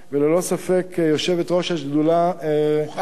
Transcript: וללא ספק יושבת-ראש השדולה רוחמה.